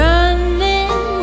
Running